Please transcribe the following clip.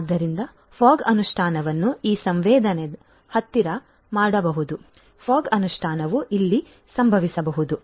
ಆದ್ದರಿಂದ ಫಾಗ್ ಅನುಷ್ಠಾನವನ್ನು ಈ ಸಂವೇದನೆದ ಹತ್ತಿರ ಮಾಡಬಹುದು ಆದ್ದರಿಂದ ಫಾಗ್ ಅನುಷ್ಠಾನವು ಇಲ್ಲಿ ಸಂಭವಿಸಬಹುದು